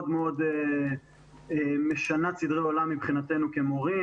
מאוד משנת סדרי עולם מבחינתנו כמורים.